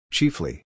Chiefly